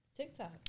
TikTok